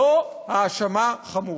זו האשמה חמורה,